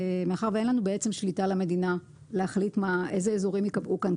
מאחר שאין לנו שליטה על המדינה להחליט אילו אזורים ייקבעו כאן,